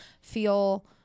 feel